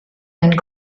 ein